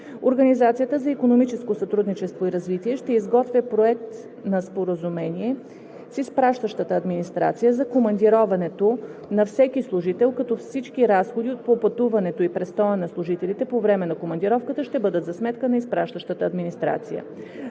Организацията за икономическо сътрудничество и развитие ще изготвя проект на споразумение с изпращащата администрация за командироването на всеки служител, като всички разходи по пътуването и престоя на служителите по време на командировката ще бъдат за сметка на изпращащата администрация.